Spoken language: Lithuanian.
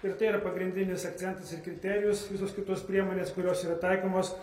ir tai yra pagrindinis akcentas ir kriterijus visos kitos priemonės kurios yra taikomos